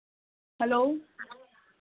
hello